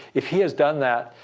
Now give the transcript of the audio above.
if he has done that,